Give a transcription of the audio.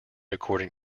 according